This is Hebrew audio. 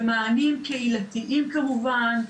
ומענים קהילתיים כמובן,